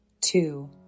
Two